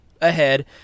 ahead